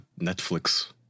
Netflix